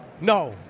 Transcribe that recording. No